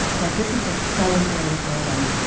but this is a celebrated moment